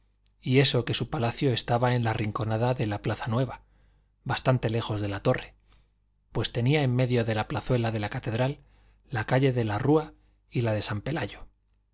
y eso que su palacio estaba en la rinconada de la plaza nueva bastante lejos de la torre pues tenía en medio de la plazuela de la catedral la calle de la rúa y la de san pelayo